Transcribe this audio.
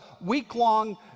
week-long